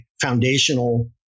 foundational